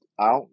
out